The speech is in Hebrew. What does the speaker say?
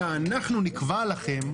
אלא אנחנו נקבע לכם,